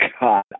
God